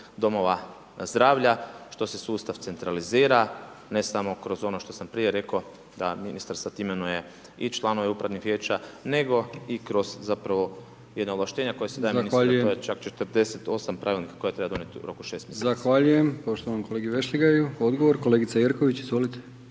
domova zdravlja štose sustav centralizira ne samo kroz ono što sam prije rekao da ministar sad imenuje i članove upravnih vijeća nego i kroz zapravo jedna ovlaštenja koje si daje ministar a to je čak 48 pravilnika koje treba donijeti u roku 6 mjeseci. **Brkić, Milijan (HDZ)** Zahvaljujem poštovanom kolegi Vešligaju. Odgovor, kolegica Jerković, izvolite.